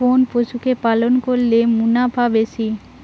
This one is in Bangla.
কোন পশু কে পালন করলে মুনাফা বেশি?